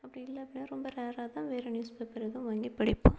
அப்படி இல்லை அப்படின்னா ரொம்ப ரேராக தான் வேறு நியூஸ் பேப்பர் எதுவும் வாங்கி படிப்போம்